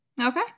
Okay